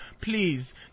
please